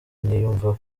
niyumva